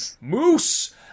Moose